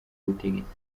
ubutegetsi